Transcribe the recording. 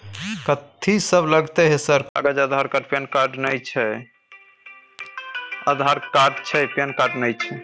कथि सब लगतै है सर कागज आधार कार्ड पैन कार्ड नए छै आधार कार्ड छै पैन कार्ड ना छै?